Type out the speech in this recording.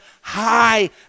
high